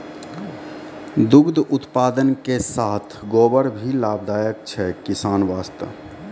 दुग्ध उत्पादन के साथॅ गोबर भी लाभदायक छै किसान वास्तॅ